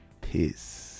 Peace